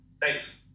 Thanks